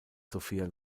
sophia